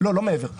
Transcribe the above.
לא מעבר.